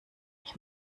ich